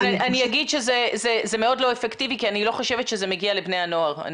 אני אגיד שזה מאוד לא אפקטיבי כי אני לא חושבת שזה מגיע לבני הנוער,